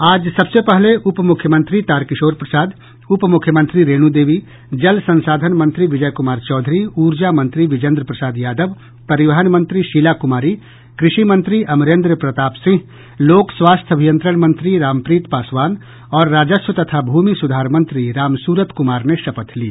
आज सबसे पहले उप मुख्यमंत्री तार किशोर प्रसाद उप मुख्यमंत्री रेणु देवी जल संसाधन मंत्री विजय कुमार चौधरी ऊर्जा मंत्री विजेंद्र प्रसाद यादव परिवहन मंत्री शीला कुमारी कृषि मंत्री अमरेंद्र प्रताप सिंह लोक स्वास्थ्य अभियंत्रण मंत्री रामप्रीत पासवान और राजस्व तथा भूमि सुधार मंत्री रामसूरत कुमार ने शपथ ली